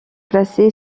placée